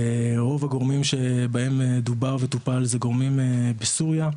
רוב הגורמים שבהם דובר וטופל זה גורמים בסוריה,